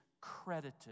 credited